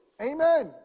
amen